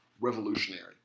revolutionary